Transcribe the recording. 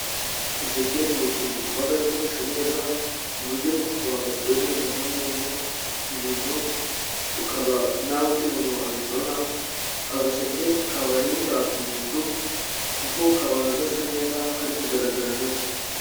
Uduseke ni utuntu tuba tuboshye neza, ku buryo wagatwerereramo umuntu, ibintu ukaba nta wundi muntu wabibona, agaseke kaba n'umutako mu nzu, kuko kaba gasa neza, kari kugaragara neza.